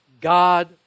God